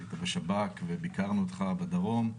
היית בשב"כ וביקרנו אותך בדרום.